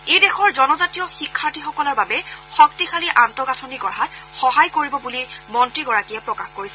ই দেশৰ জনজাতীয় শিক্ষাৰ্থীসকলৰ বাবে শক্তিশালী আন্তঃগাঁথনি গঢ়াত সহায় কৰিব বুলি মন্ত্ৰীগৰাকীয়ে প্ৰকাশ কৰিছিল